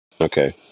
Okay